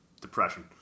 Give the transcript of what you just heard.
depression